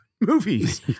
movies